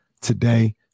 today